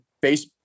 base